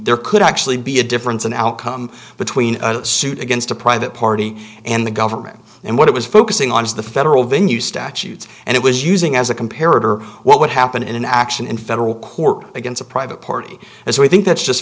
there could actually be a difference in outcome between a suit against a private party and the government and what it was focusing on is the federal venue statute and it was using as a comparative what would happen in an action in federal court against a private party and so i think that's just